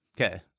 Okay